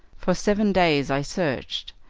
for seven days i searched,